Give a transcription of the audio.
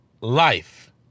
life